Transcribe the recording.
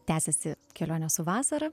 tęsiasi kelionė su vasara